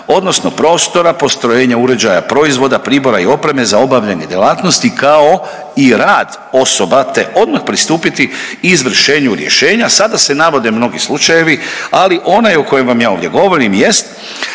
odnosno prostora, postrojenja, uređaja, proizvoda, pribora i opreme za obavljanje djelatnosti kao i rad osoba te odmah pristupiti izvršenu rješenja“, a sada se navode mnogi slučajevi, ali onaj o kojem ja vam ovdje govorim jest